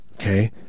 okay